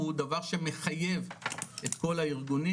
הוא דבר שמחייב את כל הארגונים,